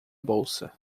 bolsa